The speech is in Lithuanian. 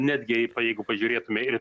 netgi jeigu pažiūrėtume ir